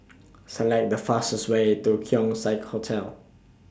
Select The fastest Way to Keong Saik Hotel